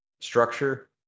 structure